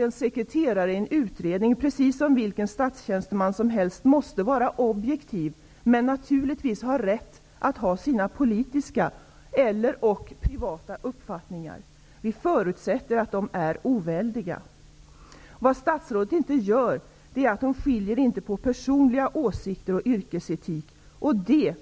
En sekreterare i en utredning, precis som vilken statstjänsteman som helst, måste förhålla sig objektiv men naturligtvis ha rätt att ha sina politiska och privata åsikter. Vi förutsätter att de är oväldiga. Statsrådet skiljer inte på personliga åsikter och yrkesetik.